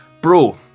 Bro